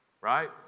right